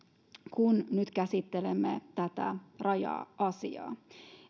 kun nyt käsittelemme tätä raja asiaa